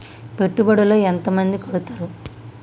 పెట్టుబడుల లో ఎంత మంది కడుతరు?